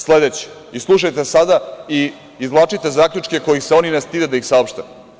Sledeće, slušajte sada i izvlačite zaključke kojih se oni ne stide da ih saopšte.